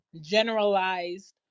generalized